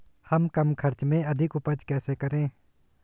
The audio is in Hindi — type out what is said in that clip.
हम कम खर्च में अधिक उपज कैसे करें?